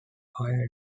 higher